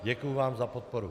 Děkuji vám za podporu.